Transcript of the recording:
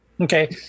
Okay